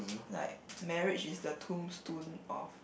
like marriage is the tombstone of